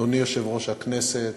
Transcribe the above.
אדוני יושב-ראש הכנסת,